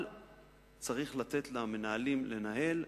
אבל צריך לתת למנהלים לנהל,